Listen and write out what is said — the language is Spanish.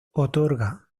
otorga